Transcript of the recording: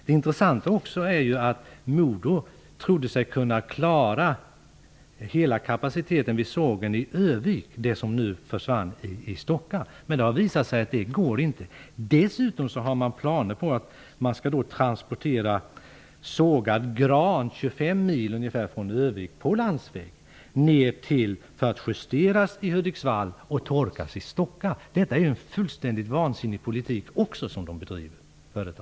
Det intressanta är också att Modo trodde att sågen i Örnsköldsvik skulle ha kapacitet att ta över den verksamhet som nu försvann vid sågen i Stocka, men det har visat sig inte vara fallet. Man har dessutom planer på att på landsväg transportera sågad gran ungefär 25 mil från Örnsköldsvik för justering i Hudiksvall och torkning i Stocka. Också det är en fullständigt vansinnig politik från företagets sida.